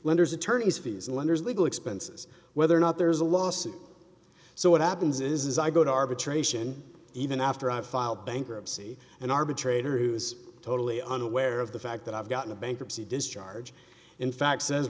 lenders attorneys fees lenders legal expenses whether or not there's a lawsuit so what happens is i go to arbitration even after i file bankruptcy an arbitrator who is totally unaware of the fact that i've gotten a bankruptcy discharge in fact says